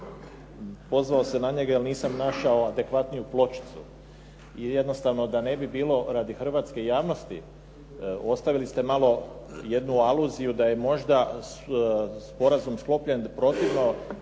pozvao se na njega jer nisam našao adekvatniju pločicu i jednostavno da ne bi bilo radi hrvatske javnosti, ostavili ste malo jednu aluziju da je možda sporazum sklopljen protivno